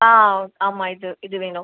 ஆ ஆமா இது இது வேணும்